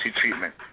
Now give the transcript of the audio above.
treatment